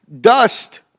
Dust